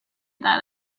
that